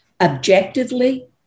Objectively